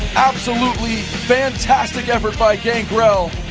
absolutely fantastic effort by gangrel